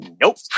Nope